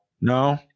No